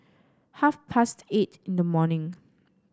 half past eight in the morning